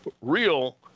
real